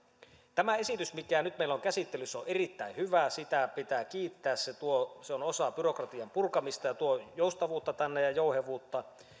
tämä esitys mikä nyt meillä on käsittelyssä on erittäin hyvä sitä pitää kiittää se on osa byrokratian purkamista ja tuo joustavuutta tänne ja jouhevuutta